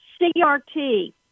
crt